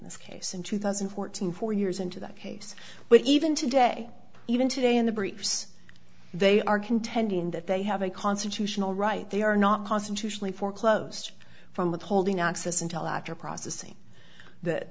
this case in two thousand and fourteen four years into that case but even today even today in the briefs they are contending that they have a constitutional right they are not constitutionally foreclosed from withholding access until after processing that